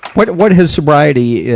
what what has sobriety.